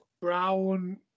Brown